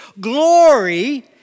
glory